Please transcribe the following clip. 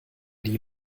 die